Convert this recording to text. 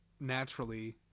naturally